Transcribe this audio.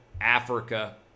Africa